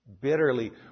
bitterly